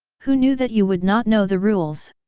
who knew that you would not know the rules!